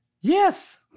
Yes